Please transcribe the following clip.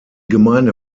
gemeinde